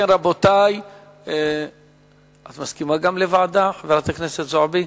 את מסכימה גם לוועדה, חברת הכנסת זועבי?